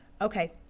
Okay